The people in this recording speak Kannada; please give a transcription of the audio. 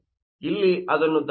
ಇಲ್ಲಿ ಅದನ್ನು ದಯವಿಟ್ಟು ಸರಿಪಡಿಸಿ